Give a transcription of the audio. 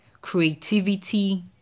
creativity